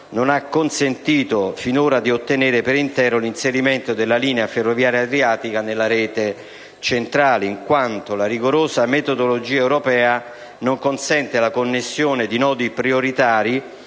non ha consentito, finora, di ottenere per intero l'inserimento della linea ferrovia adriatica nella rete centrale in quanto la rigorosa metodologia europea non consente la connessione di nodi prioritari